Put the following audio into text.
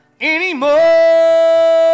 anymore